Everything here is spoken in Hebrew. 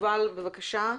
יובל בבקשה.